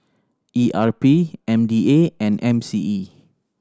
E R P M D A and M C E